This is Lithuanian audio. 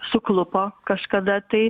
suklupo kažkada tai